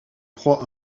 proie